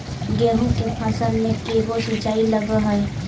गेहूं के फसल मे के गो सिंचाई लग हय?